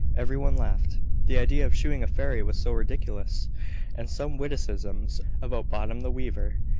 every one laughed the idea of shoeing a fairy was so ridiculous and some witticisms, about bottom the weaver,